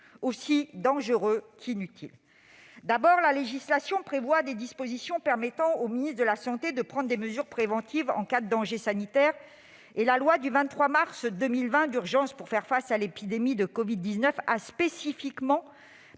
aussi dangereux qu'inutile. D'abord, la législation prévoit des dispositions permettant au ministre de la santé de prendre des mesures préventives en cas de danger sanitaire, et la loi du 23 mars 2020 d'urgence pour faire face à l'épidémie de covid-19 a spécifiquement